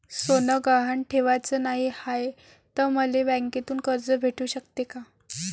सोनं गहान ठेवाच नाही हाय, त मले बँकेतून कर्ज भेटू शकते का?